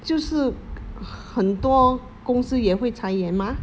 就是很多公司也会裁员 ah